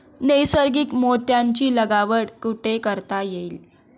नैसर्गिक मोत्यांची लागवड कुठे करता येईल?